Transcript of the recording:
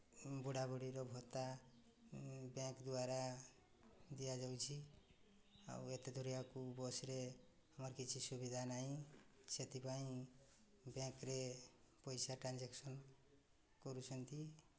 ବୁଢ଼ାବୁଢ଼ୀର ଭତ୍ତା ବ୍ୟାଙ୍କ୍ ଦ୍ୱାରା ଦିଆଯାଉଛି ଆଉ ଏତେ ଦୂରିଆକୁ ବସ୍ରେ ଆମର କିଛି ସୁବିଧା ନାହିଁ ସେଥିପାଇଁ ବ୍ୟାଙ୍କ୍ରେ ପଇସା ଟ୍ରାଞ୍ଜାକ୍ସନ୍ କରୁଛନ୍ତି